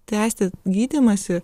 tęsti gydymąsi